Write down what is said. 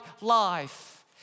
life